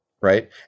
right